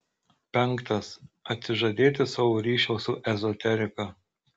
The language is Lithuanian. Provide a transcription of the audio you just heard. penktas atsižadėti savo ryšio su ezoterika